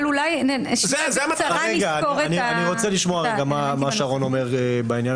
אני רוצה לשמוע מה שרון אומר בעניין